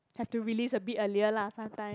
have to release a bit earlier lah sometime